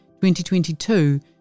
2022